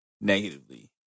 negatively